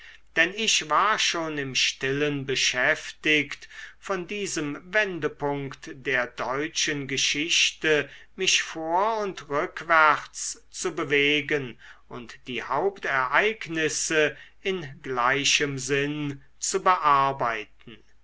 denn ich war schon im stillen beschäftigt von diesem wendepunkt der deutschen geschichte mich vor und rückwärts zu bewegen und die hauptereignisse in gleichem sinn zu bearbeiten